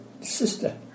sister